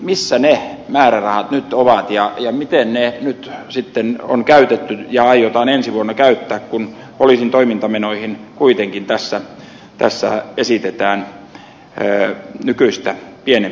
missä ne määrärahat nyt ovat ja miten ne nyt on käytetty ja aiotaan ensi vuonna käyttää kun poliisin toimintamenoihin kuitenkin tässä esitetään nykyistä pienempää rahaa